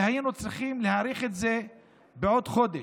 והיינו צריכים להאריך את זה בעוד חודש.